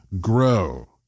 grow